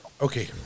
okay